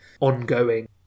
ongoing